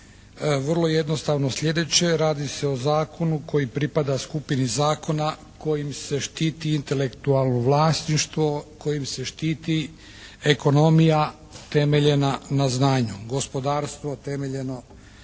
vrlo jednostavno sljedeće, radi se o zakonu koji pripada skupini zakona kojim se štiti intelektualno vlasništvo, kojim se štiti ekonomija temeljena na znanju, gospodarstvo temeljeno na znanju.